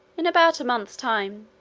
in about a month's time,